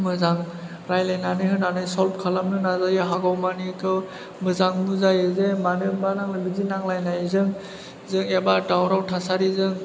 मोजां रायलायनानै होनानै सल्भ खालामनो नाजायो हागौमानिखौथ' मोजां बुजायो जे मानो मा नांलायो बिदि नांलायनायजों जों एबा दावराव थासारिजों